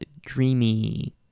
dreamy